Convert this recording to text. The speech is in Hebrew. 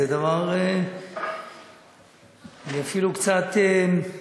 זה דבר, זה אפילו קצת, גפני,